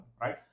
right